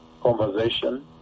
conversation